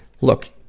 Look